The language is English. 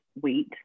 weight